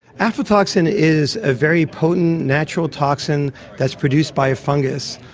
aflatoxin is a very potent natural toxin that is produced by a fungus.